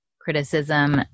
criticism